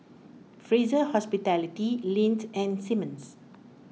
Fraser Hospitality Lindt and Simmons